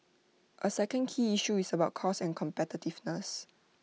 A second key issue is about cost and competitiveness